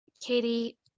Katie